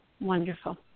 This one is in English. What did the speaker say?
Wonderful